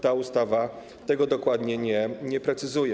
Ta ustawa tego dokładnie nie precyzuje.